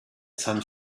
some